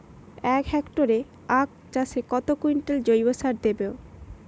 এক হেক্টরে আখ চাষে কত কুইন্টাল জৈবসার দেবো?